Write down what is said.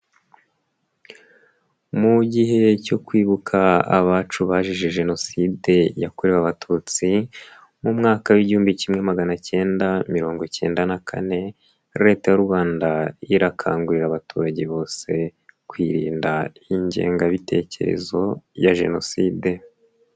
Mu gihe cyo kwibuka abacu bazize jenoside yakorewe abatutsi mu mwaka w'igihumbi kimwe magana kenda mirongo icyenda na kane, leta y'u Rwanda irakangurira abaturage bose kwirinda ingengabitekerezo ya jenoside.